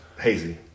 hazy